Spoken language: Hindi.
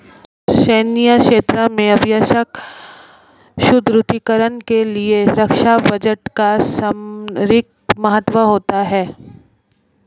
सैन्य क्षेत्र में आवश्यक सुदृढ़ीकरण के लिए रक्षा बजट का सामरिक महत्व होता है